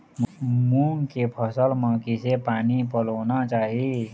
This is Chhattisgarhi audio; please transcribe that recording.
मूंग के फसल म किसे पानी पलोना चाही?